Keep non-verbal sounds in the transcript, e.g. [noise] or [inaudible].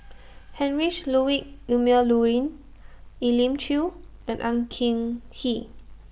[noise] Heinrich Ludwig Emil Luering Elim Chew and Ang King He